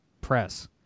press